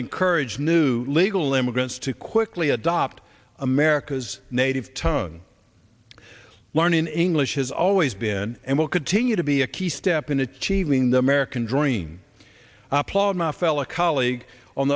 encourage new legal immigrants to quickly adopt america's native tongue learning english has always been and will continue to be a key step in achieving the american dream applaud my fellow colleague on